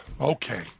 okay